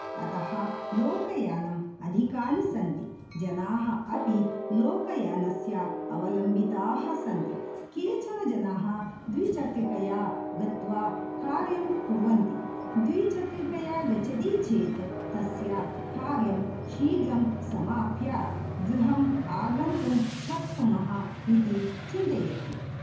अतः लोकयानम् अधिकानि सन्ति जनाः अपि लोकयानस्य अवलम्बिताः सन्ति केचनजनाः द्विचक्रिकया गत्वा कार्यं कुर्वन्ति द्विचक्रिकया गच्छति चेत् तस्य कार्यं शीघ्रं समाप्य गृहम् आगन्तुं शक्नुमः इति चिन्तयति